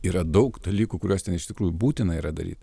yra daug dalykų kuriuos ten iš tikrųjų būtina yra daryt